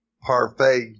parfait